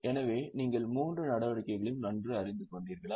எனவே நீங்கள் மூன்று நடவடிக்கைகளையும் நன்கு அறிந்துகொண்டீர்களா